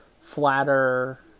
flatter